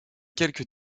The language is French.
quelques